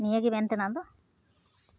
ᱱᱤᱭᱟᱹᱜᱤ ᱢᱮᱱᱛᱮᱱᱟᱜ ᱫᱚ